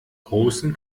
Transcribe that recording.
großen